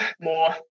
more